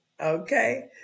Okay